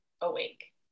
awake